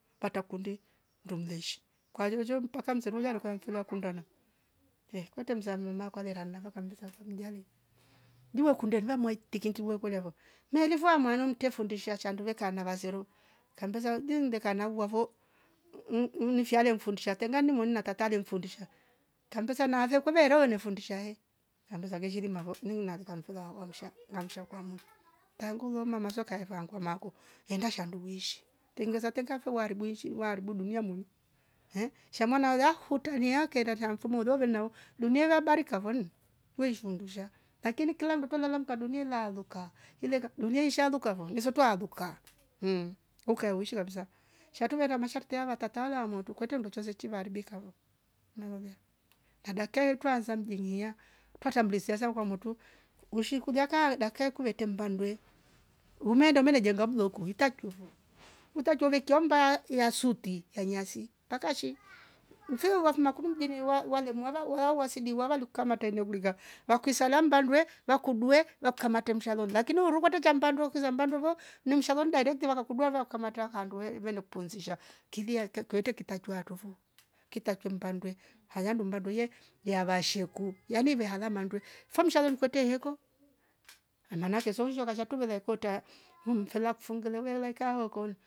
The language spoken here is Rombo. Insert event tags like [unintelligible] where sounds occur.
Kwarta kunde ndumjeshi kwa shoushou mpaka msevura amekua nkilwa wakwenda ehh. kute mzame makore lamra wakamlisha wakamjali. Duo kunde laa mwai'keketuo kuliavo mwairevo mwana mte furndisha chandu wekana vansero kambiza nding nde kana vuavo uu- uu- uungfyale mfundisha kiangani mwan nakatale mfundisha. kambeza navyo kwaverewe nefundisha he kambeza veshilima mahoo ni nakunamfila homusha namushakua mndu. tangu muorma mazwe kaya kangwe maku yanda shandu weishi. tengneza tenka mfue waribweishi waharibu dunia ya mungu. ehh shamwana hulia hutaniake ilakla msumulo lwo lwelna hoo dumeiva mbarika voni weishi undungsha lakini kila ndoto nalamka duniela luka ileka dunia ishaluka vo muzwetwa luka mhh. luka lwoishi kabisa shatuvera mashakteava watatala wameutu kutwe mnduchoose chine aaribika uloo. [unintelligible] Adakwe twa aanza mjini inya twatwa mblesiaza ukamwotu weshi kuja kuka dake kuvetem mbandwe. umeenda umeenda jenga mloku itaaktuvo itakchovye kiambaa ya suti yayiansi pakashi mfiuwa wafu nakumi mjini iwa waa- waalemwala waa ua uasidi wala lukama teneuriga na ukwisalamu mbandwe wakudue wakukamate mshaloli lakini uruvwete cha mbandue ukiza mbandwevo ni mshalo mdaige twektiva wakudwavo wakamata andue ii- iilwele kupumzisha kilia ike kwete kitatuartovu, kitatuchumbandwe halandu mbanduye ya vashi urku yani vehalama mandwe. fe mshalwe mkwete iyoko!! Ananake zouzwa kashatu vene arkortaa mhh mfilakfu vwene umelaaiika hoo koni